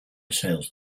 sales